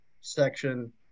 section –